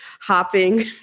hopping